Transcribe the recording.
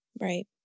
Right